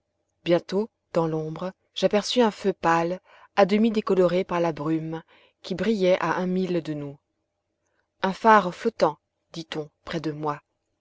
bientôt dans l'ombre j'aperçus un feu pâle à demi décoloré par la brume qui brillait à un mille de nous un phare flottant dit-on près de moi